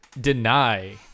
deny